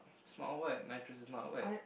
it's not a word is not a word